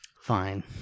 Fine